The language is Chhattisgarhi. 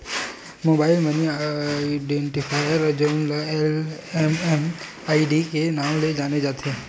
मोबाईल मनी आइडेंटिफायर जउन ल एम.एम.आई.डी के नांव ले जाने जाथे